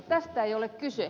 tästä ei ole kyse